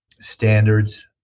standards